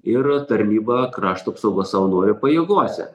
ir tarnybą krašto apsaugos savanorių pajėgose